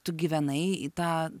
tu gyvenai į tą